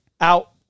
out